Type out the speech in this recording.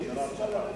התש"ע 2010,